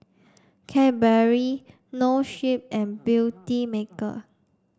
Cadbury Noa Sleep and Beautymaker